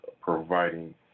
providing